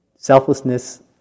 Selflessness